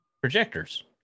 projectors